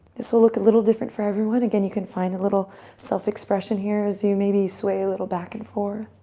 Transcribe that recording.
this will look a little different for everyone. again, you could find a little self expression as you maybe sway a little back and forth.